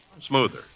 smoother